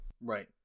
right